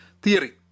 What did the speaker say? Theory